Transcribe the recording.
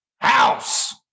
house